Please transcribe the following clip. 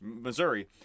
Missouri